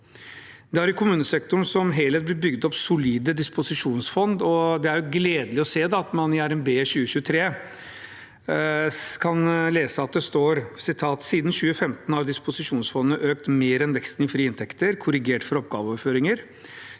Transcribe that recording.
Det er i kommunesektoren som helhet blitt bygd opp solide disposisjonsfond, og det er gledelig at man i RNB for 2023 kan lese: «Siden 2015 har disposisjonsfondene økt mer enn veksten i frie inntekter, korrigert for oppgaveoverføringer,